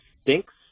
stinks